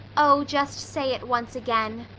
oh, just say it once again.